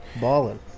Ballin